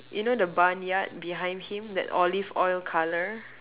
you know the barnyard behind him that olive oil colour